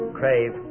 crave